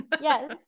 Yes